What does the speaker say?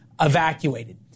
evacuated